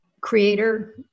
creator